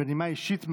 בנימה אישית מעט,